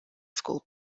school